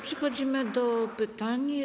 Przechodzimy do pytań.